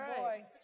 right